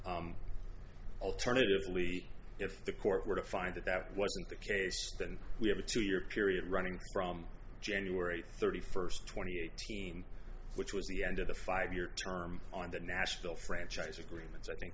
alternatively if the court were to find that that wasn't the case then we have a two year period running from january thirty first two thousand and eighteen which was the end of the five year term on the nashville franchise agreements i think